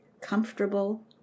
comfortable